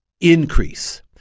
increase